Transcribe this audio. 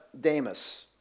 Damus